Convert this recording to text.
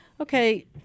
Okay